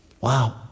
Wow